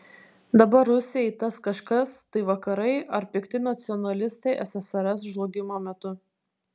dabar rusijai tas kažkas tai vakarai ar pikti nacionalistai ssrs žlugimo metu